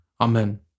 Amen